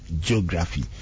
geography